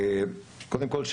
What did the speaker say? קודם כל,